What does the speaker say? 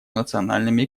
национальными